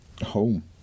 home